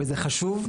וזה חשוב,